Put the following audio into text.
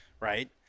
right